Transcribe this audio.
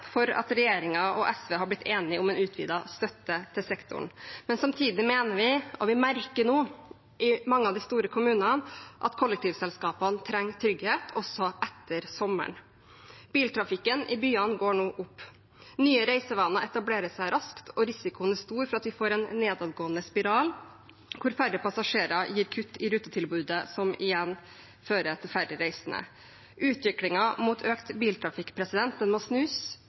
for at regjeringen og SV har blitt enige om en utvidet støtte til sektoren. Samtidig mener vi – vi merker det også i mange av de store kommunene – at kollektivselskapene trenger trygghet også etter sommeren. Biltrafikken i byene går nå opp, nye reisevaner etablerer seg raskt, og risikoen er stor for at vi får en nedadgående spiral hvor færre passasjerer gir kutt i rutetilbudet, som igjen fører til færre reisende. Utviklingen mot økt biltrafikk må snus